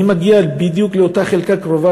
אני מגיע בדיוק לאותה חלקה קרובה,